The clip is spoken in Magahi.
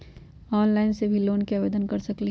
ऑनलाइन से भी लोन के आवेदन कर सकलीहल?